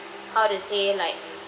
how to say like